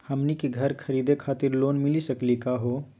हमनी के घर खरीदै खातिर लोन मिली सकली का हो?